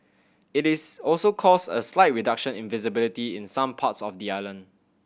it is also caused a slight reduction in visibility in some parts of the island